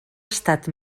estat